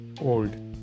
old